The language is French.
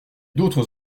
d’autres